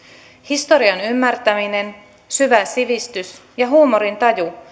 historian ymmärtäminen syvä sivistys ja huumorintaju